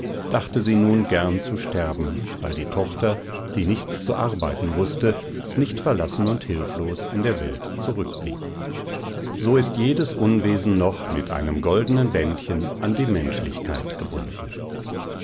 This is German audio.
dachte sie nun gern zu sterben weil die tochter die nichts zu arbeiten wußte nicht verlassen und hilflos in der welt zurückblieb so ist jedes unwesen noch mit einem goldenen bändchen an die menschlichkeit gebunden